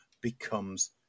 becomes